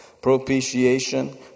propitiation